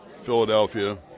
Philadelphia